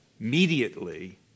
immediately